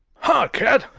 ha, cat!